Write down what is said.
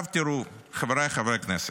תראו, חבריי חברי הכנסת,